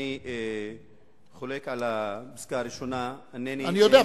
אני חולק על הפסקה הראשונה אני יודע,